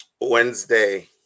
Wednesday